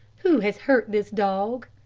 who has hurt this dog?